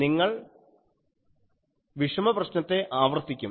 നിങ്ങൾ വിഷമപ്രശ്നത്തെ ആവർത്തിക്കും